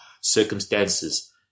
circumstances